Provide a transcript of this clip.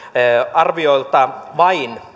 arviolta vain